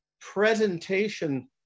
presentation